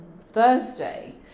Thursday